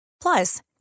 Plus